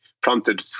prompted